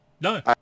no